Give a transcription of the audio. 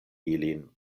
ilin